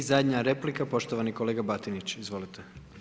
I zadnja replika poštovani kolega Batinić, izvolite.